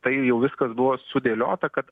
tai jau viskas buvo sudėliota kad